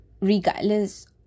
regardless